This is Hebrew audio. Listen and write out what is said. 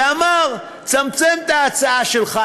ואמר: צמצם את ההצעה שלך,